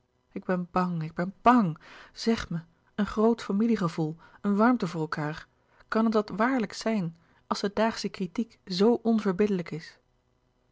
ik ben bang ik ben bang zeg mij een groot familiegevoel een warmte voor elkaâr kan er dat waarlijk zijn als de daagsche kritiek zoo onverbiddelijk is